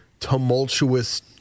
tumultuous